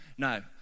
No